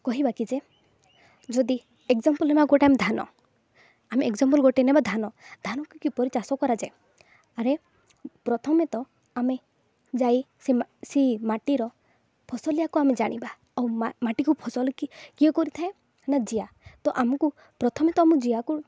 କହିବାକି ଯେ ଯଦି ଏକ୍ଜାମ୍ପଲ୍ ନେବା ଗୋଟେ ଆମେ ଧାନ ଆମେ ଏକ୍ଜାମ୍ପଲ୍ ଗୋଟେ ନେବା ଧାନ ଧାନକୁ କିପରି ଚାଷ କରାଯାଏ ଆରେ ପ୍ରଥମେ ତ ଆମେ ଯାଇ ସେ ସେ ମାଟିର ଫସଲଆକୁ ଆମେ ଜାଣିବା ଆଉ ମାଟିକୁ ଫସଲ କି କିଏ କରିଥାଏ ନା ଜିଆ ତ ଆମକୁ ପ୍ରଥମେ ତ ଆମକୁ ଜିଆକୁ